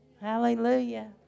Hallelujah